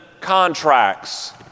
contracts